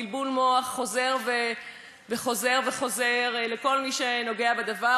בלבול מוח חוזר וחוזר וחוזר לכל מי שנוגע בדבר,